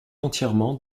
entièrement